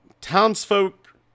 Townsfolk